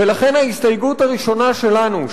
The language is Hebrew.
ולכן ההסתייגות הראשונה שלנו,